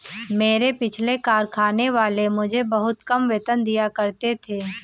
मेरे पिछले कारखाने वाले मुझे बहुत कम वेतन दिया करते थे